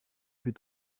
plus